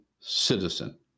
citizen